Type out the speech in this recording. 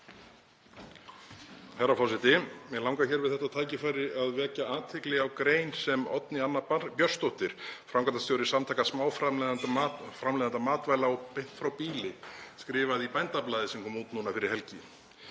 Herra forseti. Mig langar við þetta tækifæri að vekja athygli á grein sem Oddný Anna Björnsdóttir, framkvæmdastjóri Samtaka smáframleiðenda matvæla og Beint frá býli, skrifaði í Bændablaðið sem kom út fyrir helgi.